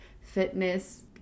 fitness